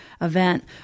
event